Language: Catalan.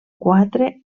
quatre